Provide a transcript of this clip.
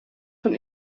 von